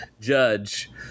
judge